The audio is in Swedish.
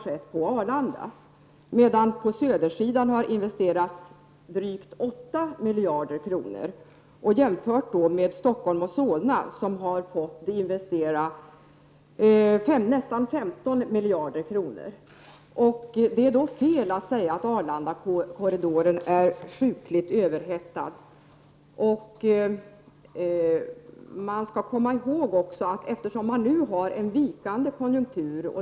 På den södra sidan har det däremot investerats drygt 8 miljarder kronor. Detta kan jämföras med Stockholm och Solna, som har fått investera nästan 15 miljarder kronor. Det är därför fel att säga att Arlandakorridoren är sjukligt överhettad. Man skall också komma ihåg att vi nu har en vikande konjunktur.